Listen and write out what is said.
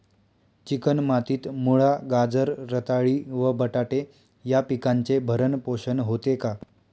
Chicken मातीत मुळा, गाजर, रताळी व बटाटे या पिकांचे भरण पोषण होते का?